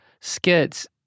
skits